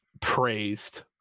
praised